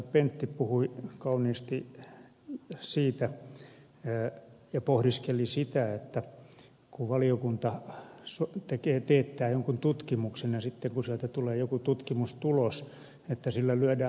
pentti puhui kauniisti siitä ja pohdiskeli sitä että kun valiokunta teettää jonkun tutkimuksen ja kun sieltä tulee joku tutkimustulos sillä lyödään hallitusta